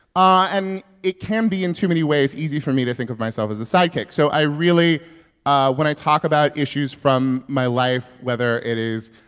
it can be, in too many ways, easy for me to think of myself as a sidekick. so i really ah when i talk about issues from my life whether it is,